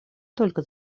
только